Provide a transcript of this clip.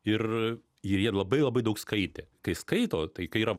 ir ir jie labai labai daug skaitė kai skaito tai kai yra